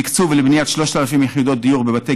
תקצוב לבניית 3,000 יחידות דיור בבתי